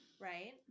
right